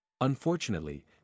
Unfortunately